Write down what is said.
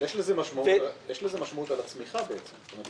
יש לזה משמעות על הצמיחה בעצם.